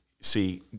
see